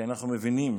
כי אנחנו מבינים